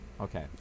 Okay